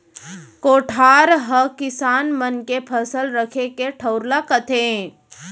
कोठार हकिसान मन के फसल रखे के ठउर ल कथें